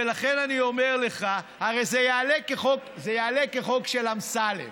ולכן אני אומר לך, הרי זה יעלה כחוק של אמסלם.